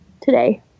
today